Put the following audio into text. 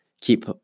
Keep